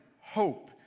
hope